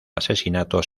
asesinato